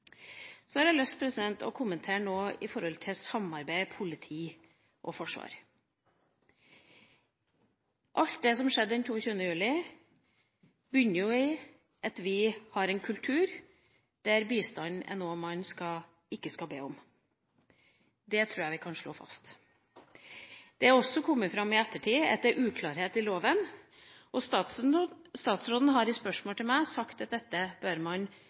Så har jeg lyst til å kommentere samarbeidet mellom politi og forsvar. Alt det som skjedde den 22. juli, bunner jo i at vi har en kultur der bistand er noe man ikke skal be om. Det tror jeg vi kan slå fast. I ettertid er det også kommet fram at det er uklarhet i loven, og statsråden har etter spørsmål fra meg sagt at dette bør man